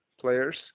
players